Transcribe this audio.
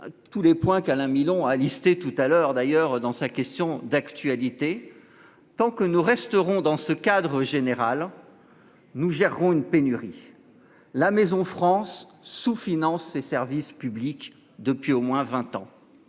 Tous les points qu'Alain Milon a listé tout à l'heure d'ailleurs dans sa question d'actualité. Tant que nous resterons dans ce cadre général. Nous gérerons une pénurie. La maison France sous finance ses services publics depuis au moins 20 ans.